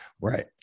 right